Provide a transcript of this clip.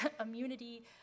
immunity